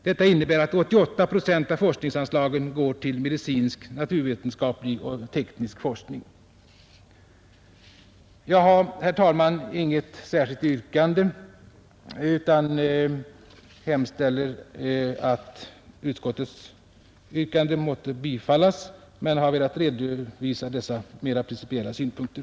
Detta innebär att 88 procent av forskningsrådsanslagen går till medicinsk, naturvetenskaplig och teknisk forskning. Jag har, herr talman, inget särskilt yrkande utan hemställer att utskottets yrkanden måtte bifallas, men jag har velat redovisa dessa mera principiella synpunkter.